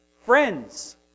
friends